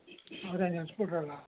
ಅವರೇ ನಿಲ್ಸಿ ಬಿಟ್ಟರಲ್ಲ